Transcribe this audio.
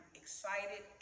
excited